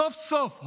סוף-סוף,